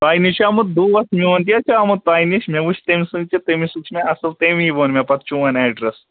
تۄہہِ نش چھُ آمُت دوس میون تہ چھُ آمُت تۄہہِ نِش مےٚ وُچھ تٔمس سۭتۍ چھ مےٚ اصل تمے ووٚن مےٚ پتہٕ چون ایٚڈرس